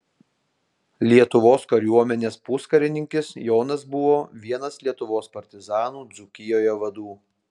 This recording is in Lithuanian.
lietuvos kariuomenės puskarininkis jonas buvo vienas lietuvos partizanų dzūkijoje vadų